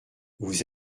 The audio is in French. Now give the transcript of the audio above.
vous